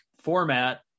format